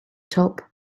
top